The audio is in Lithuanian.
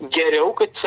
geriau kad